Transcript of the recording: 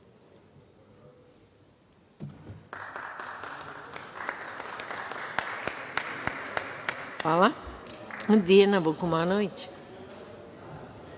Hvala